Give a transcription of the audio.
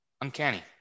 Uncanny